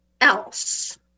else